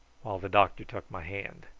while the doctor took my hand.